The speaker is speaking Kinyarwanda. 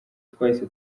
twahise